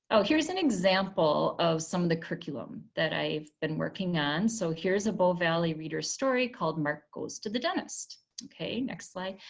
oh here's an example of some of the curriculum that i've been working on. so here's a bow valley readers story called mark goes to the dentist. okay next slide.